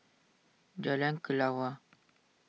Jalan Kelawar